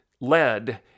led